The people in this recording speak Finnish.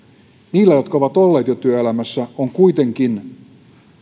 niillä jotka ovat olleet jo työelämässä on kuitenkin